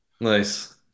Nice